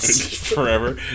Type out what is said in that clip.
Forever